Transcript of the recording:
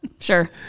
Sure